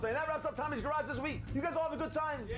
that wraps up tommy's garage this week. you guys all have a good time?